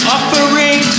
Offering